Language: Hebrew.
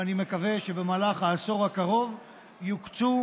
שאני מקווה שבמהלך העשור הקרוב יוקצו